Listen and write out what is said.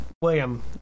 William